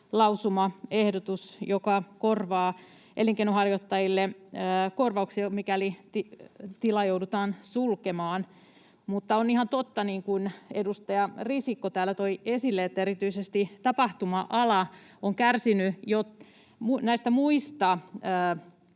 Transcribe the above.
lausumaehdotus, joka korvaa elinkeinonharjoittajille korvauksia, mikäli tila joudutaan sulkemaan, mutta on ihan totta, niin kuin edustaja Risikko toi esille, että erityisesti tapahtuma-ala on kärsinyt jo näistä muista